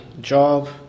job